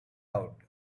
out